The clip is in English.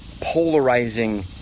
polarizing